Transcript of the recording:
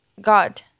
God